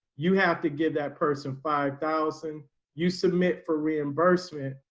you have to give that person five thousand you submit for reimbursement,